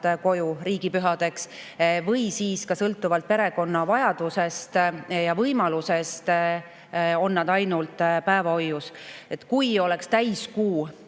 ja riigipühadeks või siis ka sõltuvalt perekonna vajadusest ja võimalusest on nad ainult päevahoius. Kui kuus oleks lubatud